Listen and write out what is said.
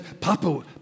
Papa